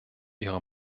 ihre